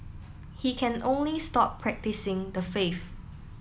he can only stop practising the faith